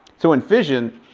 so in fission,